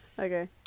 Okay